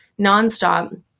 nonstop